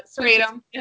freedom